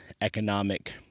economic